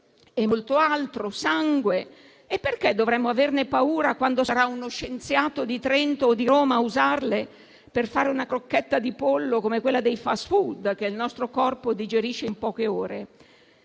e molto altro). Perché dovremmo dunque averne paura, quando sarà uno scienziato di Trento o di Roma ad usarle per fare una crocchetta di pollo come quella dei *fast food* che il nostro corpo digerisce in poche ore?